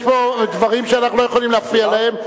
יש פה דברים שאנחנו לא יכולים להפריע להם.